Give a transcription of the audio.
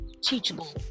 teachable